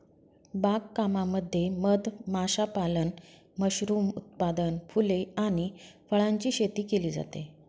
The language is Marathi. बाग कामामध्ये मध माशापालन, मशरूम उत्पादन, फुले आणि फळांची शेती केली जाते